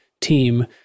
team